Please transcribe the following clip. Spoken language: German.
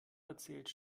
erzählte